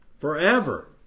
Forever